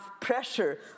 pressure